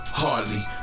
hardly